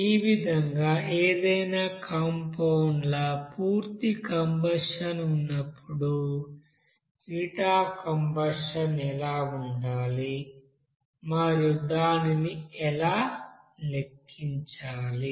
ఈ విధంగా ఏదైనా కాంపౌండ్ ల పూర్తి కంబషన్ ఉన్నప్పుడు హీట్ అఫ్ కంబషన్ ఎలా ఉండాలి మరియు దానిని ఎలా లెక్కించాలి